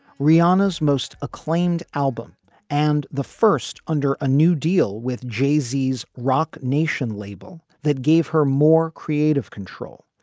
rihanna's most acclaimed album and the first under a new deal with jay-z's roc nation label that gave her more creative control.